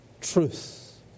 truth